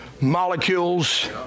molecules